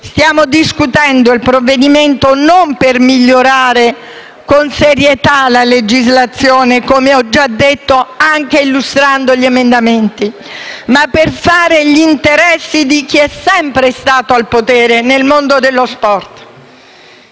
Stiamo discutendo il provvedimento non per migliorare con serietà la legislazione - come già detto anche illustrando gli emendamenti - ma per fare gli interessi di chi è sempre stato al potere nel mondo dello sport.